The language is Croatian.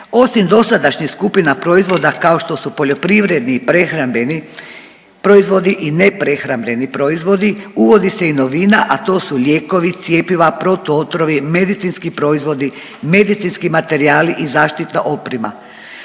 Osim dosadašnjih skupina proizvoda kao što su poljoprivredni i prehrambeni proizvodi i neprehrambeni proizvodi uvodi se i novina, a to su lijekovi, cjepiva, protuotrovi, medicinski proizvodi, medicinski materijali i zaštitna oprema.